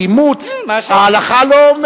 ההלכה לא,